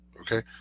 Okay